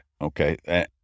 okay